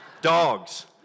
Dogs